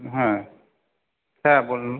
হুম হ্যাঁ হ্যাঁ বলুন